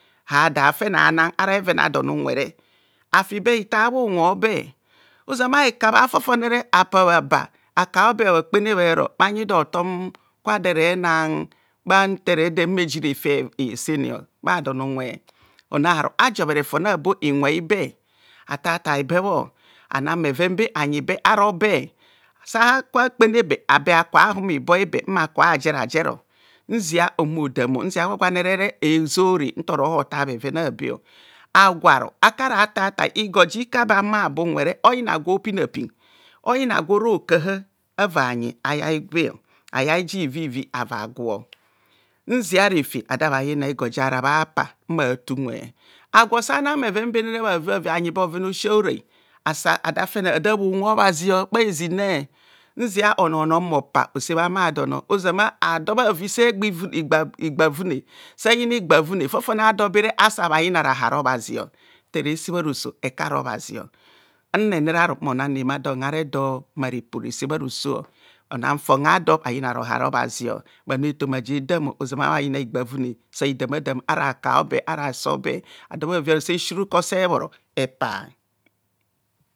Adafene bhana ara bheven adon lenwere afibe hi far bha unwe obe ozoma ekabha fofonere apa bhaba akabe kabha kpene bharo bhanyido hotom kwa do erena ntere humor eji refe eye sen bha don unwe onaru ajobhere fon abo iwe ibe atatai be bho ana bheven ber anyi be arobe saka kpene be abe bha kabha humo ibo ibe mmaka bhajera jer nzia mmodam nzia gwagwanere ezore ntohorota bheven abe agwo akara tatai igor jika bhahumo bhaba unwei onyina je pina pin oyina gworo kaha ava bhayi ayai be ayai ji ivivi ava gu nzia refe ada bha yina igor jara bbapa mmabha te unwe agwo sa na bheven bene bhevibhevi anyi be bhovena osi orai aso ada fene abhoa unwe obhazi bha he zine nzia onor nor mmo pa ose bhama uber ozoma ado asa bha yina rahara obhazi nterese bharo so eku ara obhazi, nnenerar mmona remadon aredo mma repo resebha roso onan fon a do bhayina rahara obhazi bhanu efoma je dammo ozama bhayina higbarume sa hida ma damo ara aka obe ara aseobe adobha se sirukor se sebhoro epa